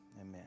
Amen